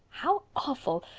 how awful!